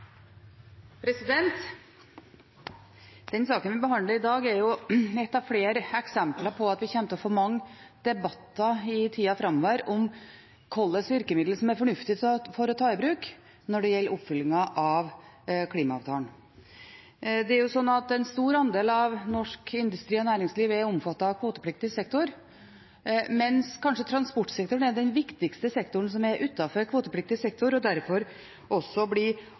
av flere eksempler på at vi kommer til å få mange debatter i tida framover om hvilke virkemidler som er fornuftig å ta i bruk når det gjelder oppfyllingen av klimaavtalen. En stor andel av norsk industri og næringsliv er omfattet av kvotepliktig sektor, mens transportsektoren kanskje er den viktigste sektoren som er utenfor kvotepliktig sektor, og derfor også